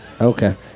Okay